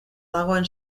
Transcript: dagoen